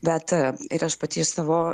bet ir aš pati iš savo